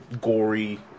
gory